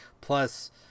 plus